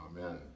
amen